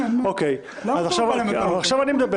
אנחנו מדברים